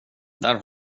där